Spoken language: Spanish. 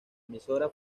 emisora